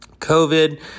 COVID